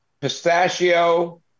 Pistachio